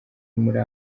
muri